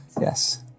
Yes